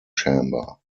chamber